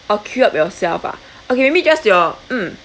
oh queue up yourself ah okay maybe just your mm